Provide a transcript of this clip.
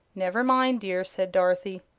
never mind, dear, said dorothy.